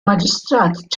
maġistrat